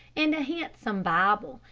and a handsome bible,